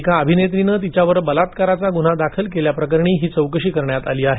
एका अभिनेत्रीने तिच्यावर बलात्काराचा गुन्हा दाखल केल्याप्रकरणी ही चौकशी करण्यात आली आहे